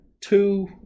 two